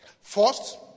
First